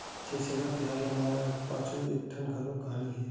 छेरछेरा तिहार ल मनाए के पाछू म एकठन घलोक कहानी हे